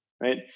right